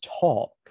talk